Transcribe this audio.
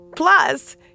Plus